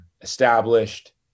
established